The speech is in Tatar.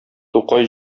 тукай